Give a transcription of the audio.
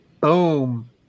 Boom